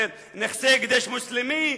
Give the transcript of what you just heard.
נכסי הקדש מוסלמי,